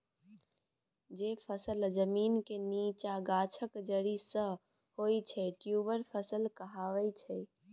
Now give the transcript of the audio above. जे फसल जमीनक नीच्चाँ गाछक जरि सँ होइ छै ट्युबर फसल कहाबै छै